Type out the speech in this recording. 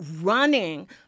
running